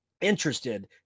interested